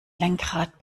lenkrad